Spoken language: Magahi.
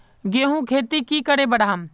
गेंहू खेती की करे बढ़ाम?